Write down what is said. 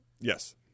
Yes